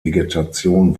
vegetation